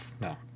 No